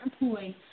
employed